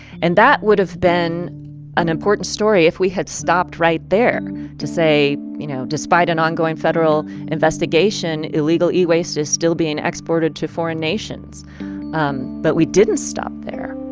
and that would have been an important story if we had stopped right there to say, you know, despite an ongoing federal investigation, illegal e-waste is still being exported to foreign nations um but we didn't stop there.